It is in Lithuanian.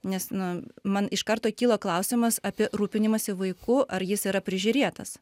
nes na man iš karto kilo klausimas apie rūpinimąsi vaiku ar jis yra prižiūrėtas